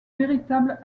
véritable